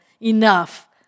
enough